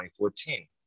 2014